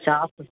shop